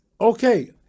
okay